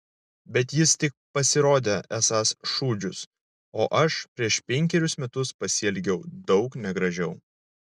bet jis tik pasirodė esąs šūdžius o aš prieš penkerius metus pasielgiau daug negražiau